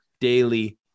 daily